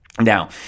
now